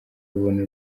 abona